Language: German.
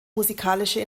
musikalische